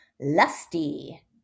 lusty